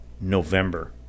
November